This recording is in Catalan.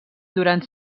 durant